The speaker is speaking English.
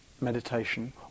Meditation